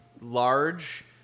large